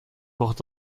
braucht